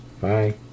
Bye